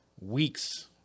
weeks